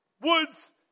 woods